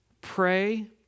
Pray